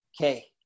okay